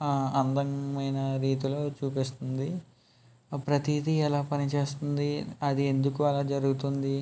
అందమైన రీతిలో చూపిస్తుంది ప్రతీది ఎలా పని చేస్తుంది అది ఎందుకు అలా జరుగుతుంది